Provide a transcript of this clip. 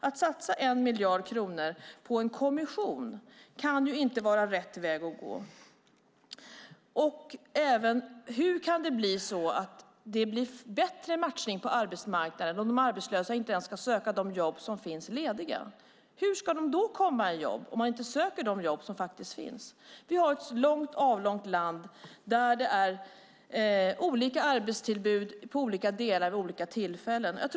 Att satsa 1 miljard kronor på en kommission kan inte vara rätt väg att gå. Hur kan det bli att det blir bättre matchning på arbetsmarknaden om de arbetslösa inte ens ska söka de jobb som finns lediga? Hur ska de komma i jobb om de inte söker de jobb som finns? Vi har ett avlångt land där det är olika arbetsutbud i olika delar vid olika tillfällen.